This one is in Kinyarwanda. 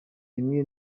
rimwe